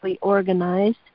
organized